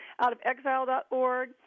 outofexile.org